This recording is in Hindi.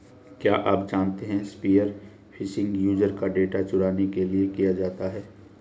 क्या आप जानते है स्पीयर फिशिंग यूजर का डेटा चुराने के लिए किया जाता है?